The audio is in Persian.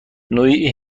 نوعی